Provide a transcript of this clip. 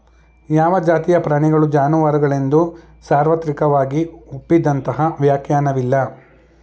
ಯಾವ ಜಾತಿಯ ಪ್ರಾಣಿಗಳು ಜಾನುವಾರುಗಳೆಂದು ಸಾರ್ವತ್ರಿಕವಾಗಿ ಒಪ್ಪಿದಂತಹ ವ್ಯಾಖ್ಯಾನವಿಲ್ಲ